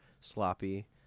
sloppy